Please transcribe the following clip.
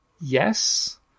yes